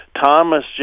Thomas